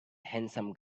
handsome